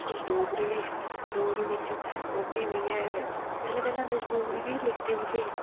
कुछ डोगरी डोगरी बिच्च ओह्की बी ऐ पैहला पैहला डोगरी ही लिखदे हे